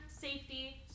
safety